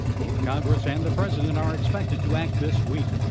both congress and the president are expected to act this week.